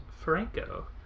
Franco